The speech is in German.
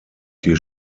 die